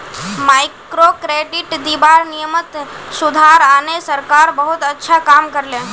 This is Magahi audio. माइक्रोक्रेडिट दीबार नियमत सुधार आने सरकार बहुत अच्छा काम कर ले